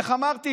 איך אמרתי,